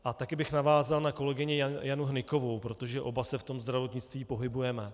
A taky bych navázal na kolegyni Janu Hnykovou, protože oba se ve zdravotnictví pohybujeme.